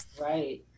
Right